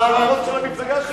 זה הרעיון של המפלגה שלו.